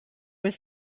was